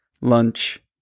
lunch